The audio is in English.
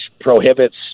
prohibits